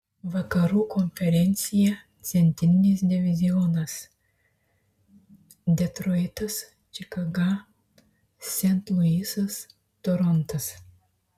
vakarų konferencija centrinis divizionas detroitas čikaga sent luisas torontas